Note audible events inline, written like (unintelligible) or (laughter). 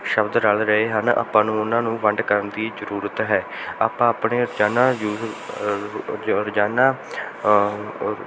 ਸ਼ਬਦ ਰਲ ਰਹੇ ਹਨ ਆਪਾਂ ਨੂੰ ਉਹਨਾਂ ਨੂੰ ਵੰਡ ਕਰਨ ਦੀ ਜ਼ਰੂਰਤ ਹੈ ਆਪਾਂ ਆਪਣੇ ਰੋਜ਼ਾਨਾ (unintelligible) ਰੋਜ਼ਾਨਾ